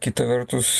kita vertus